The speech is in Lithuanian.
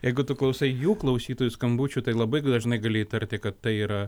jeigu tu klausai jų klausytojų skambučių tai labai dažnai gali įtarti kad tai yra